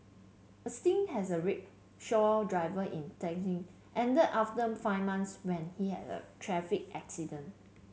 a stint as a rickshaw driver in Dhaka ended after five months when he had a traffic accident